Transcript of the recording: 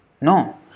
no